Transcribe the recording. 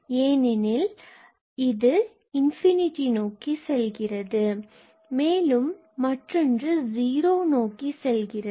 ஏனெனில் இது இன்ஃபினிட்டி நோக்கி செல்கிறது மேலும் மற்றொன்று 0 நோக்கி செல்கிறது